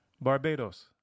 Barbados